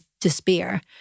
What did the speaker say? despair